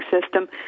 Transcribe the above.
system